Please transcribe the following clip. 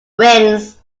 wins